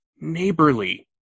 neighborly